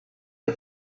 you